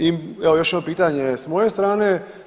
I evo još jedno pitanje s moje strane.